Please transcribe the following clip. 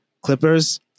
Clippers